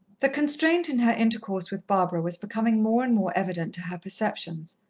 the constraint in her intercourse with barbara was becoming more and more evident to her perceptions.